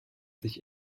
sich